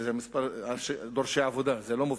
זה מספר דורשי העבודה, זה לא מובטלים.